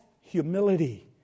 humility